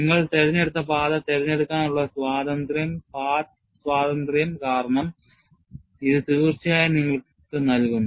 നിങ്ങൾ തിരഞ്ഞെടുത്ത പാത തിരഞ്ഞെടുക്കാനുള്ള സ്വാതന്ത്ര്യം പാത്ത് സ്വാതന്ത്ര്യം കാരണം ഇത് തീർച്ചയായും നിങ്ങൾക്ക് നൽകുന്നു